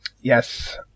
yes